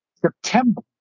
September